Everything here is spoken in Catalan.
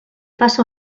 faça